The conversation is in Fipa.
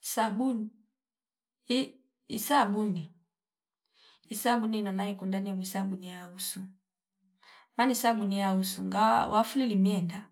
Sabuni isabuni- isabuni inona ikunda nimwi sabuni yahusu ani sabuni yahusu ngawa wafulu limiyenda